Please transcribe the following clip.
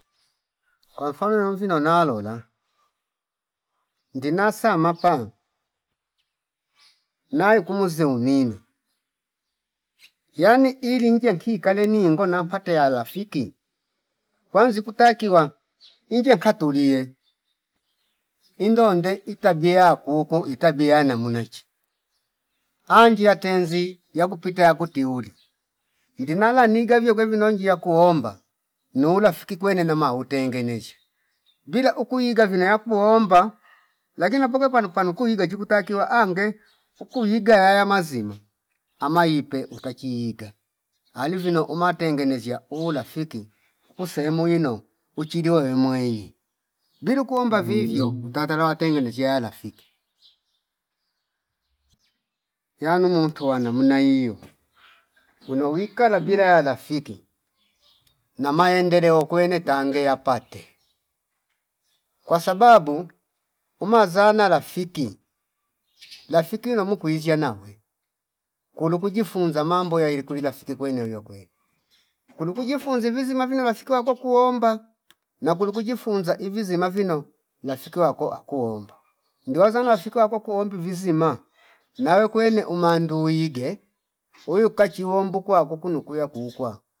Kwa mfano novina lola ndinasa mapa nai kumwe zeu nina yani ili ngiya ki kale ni ngona pate ya lafiki kwanzi kutakiwa ingiya katulie indonde itavia kuuko itavia nemuneche angi ya tenzi yakupita yakuti uli ndinala niga vio kwevi nonjia kuomba noulafiki kwene nama utengezshe bila ukuiga vino yakuomba lakini apakwe panu- panu kuigwe jikutakiwa ange ukuvi gayaya mazima ama ipe utachi iga ali vino uma tengeneziya ulafiki uku semwino uchilio we mwai bilu kuomba vivyo utatala watengezeiya rafiki. Yanu muntu wa namna hiyo wino wikala bila ya lafiki nama endeleo kuene tange yapate kwa sababu umazanala lafiki lafiki inomo kuizasha nawe kulu kujifunza mambo yaili kulili lafiki kwene iyo kwene kulu kujifunzi vizi mavino rafiki wakwako kuomba na kulu kujifunza ivi zimavino lafiki wako akuomba ngiwazana lafiki wako kuombi vizima nayo kwene umandu wige uyu kachiumbu kwaku kunu kwiya kuukwa